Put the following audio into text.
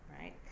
right